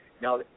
Now